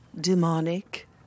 Demonic